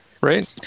right